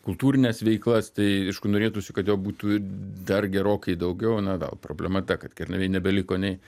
kultūrines veiklas tai aišku norėtųsi kad jo būtų dar gerokai daugiau na vėl problema ta kad kernavėje nebeliko nei